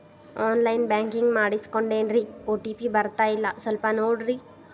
on line banking ಮಾಡಿಸ್ಕೊಂಡೇನ್ರಿ OTP ಬರ್ತಾಯಿಲ್ಲ ಸ್ವಲ್ಪ ನೋಡ್ರಿ